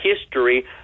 history